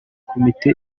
komite